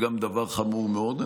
היא דבר חמור מאוד.